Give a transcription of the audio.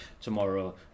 tomorrow